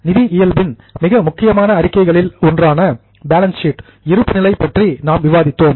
நிதி இயல்பின் மிக முக்கியமான அறிக்கைகளில் ஒன்றான பேலன்ஸ் ஷீட் இருப்புநிலை பற்றி நாம் விவாதித்தோம்